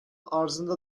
arzında